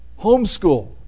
Homeschool